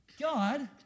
God